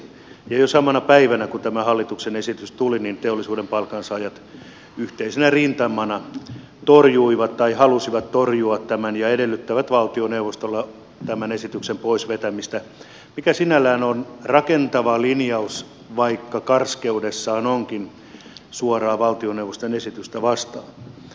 jo samana päivänä kun tämä hallituksen esitys tuli teollisuuden palkansaajat yhteisenä rintamana halusivat torjua tämän ja edellyttävät valtioneuvostolta tämän esityksen poisvetämistä mikä sinällään on rakentava linjaus vaikka karskeudessaan onkin suoraan valtioneuvoston esitystä vastaan